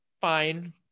fine